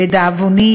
לדאבוני,